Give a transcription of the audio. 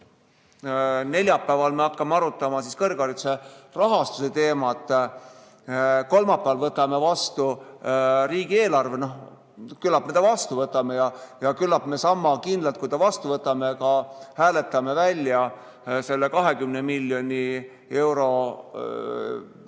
Neljapäeval me hakkame arutama kõrghariduse rahastuse teemat. Kolmapäeval võtame vastu riigieelarve. Küllap me ta vastu võtame ja küllap me sama kindlalt, kui ta vastu võtame, ka hääletame välja ettepaneku lisada